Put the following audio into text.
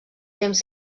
temps